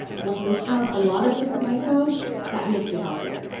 when we have a lot of different microbes that makes you healthier,